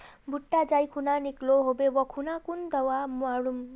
भुट्टा जाई खुना निकलो होबे वा खुना कुन दावा मार्मु?